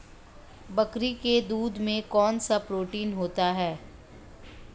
बकरी के दूध में कौनसा प्रोटीन होता है?